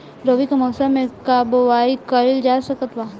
रवि के मौसम में का बोआई कईल जा सकत बा?